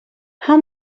how